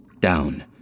Down